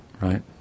right